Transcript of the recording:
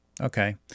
Okay